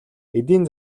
эдийн